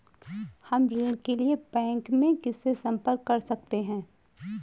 हम ऋण के लिए बैंक में किससे संपर्क कर सकते हैं?